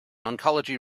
oncology